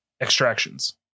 extractions